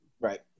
right